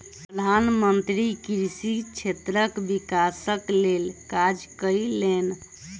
प्रधान मंत्री कृषि क्षेत्रक विकासक लेल काज कयलैन